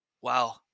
Wow